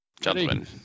gentlemen